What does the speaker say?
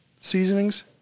seasonings